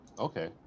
Okay